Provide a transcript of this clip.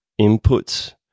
inputs